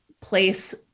place